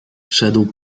szedł